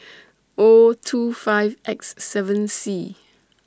O two five X seven C